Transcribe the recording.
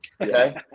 okay